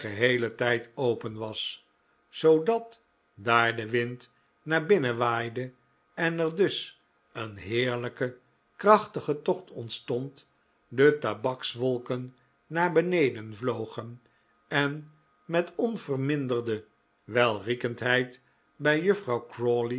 tijd open was zoodat daar de wind naar binnen waaide en er dus een heerlijke krachtige tocht ontstond de tabakswolken naar beneden vlogen en met onverminderde welriekendheid bij juffrouw